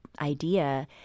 idea